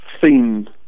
theme